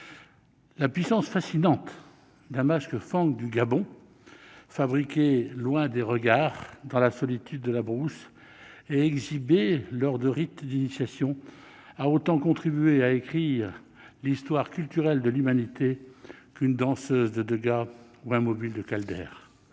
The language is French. La puissance fascinante d'un masque fang du Gabon, fabriqué loin des regards, dans la solitude de la brousse, et exhibé lors des rites d'initiation, a autant contribué à écrire l'histoire culturelle de l'humanité qu'une danseuse de Degas ou un mobile de Calder.